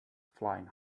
flying